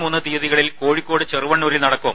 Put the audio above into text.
മൂന്ന് തീയ്യതികളിൽ കോഴിക്കോട് ചെറുവണ്ണൂരിൽ നടക്കും